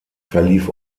verlief